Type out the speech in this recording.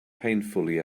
painfully